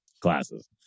classes